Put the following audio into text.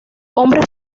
hombres